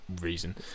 Reason